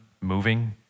moving